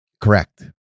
Correct